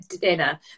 dinner